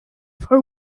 per